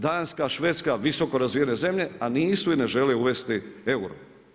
Danska, Švedska, visoko razvijene zemlje, a nisu i ne žele uvesti euro.